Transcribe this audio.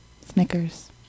Snickers